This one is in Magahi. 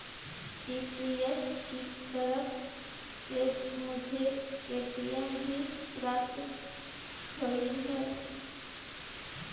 ई.सी.एस की तरफ से मुझे ओ.टी.पी भी प्राप्त होलई हे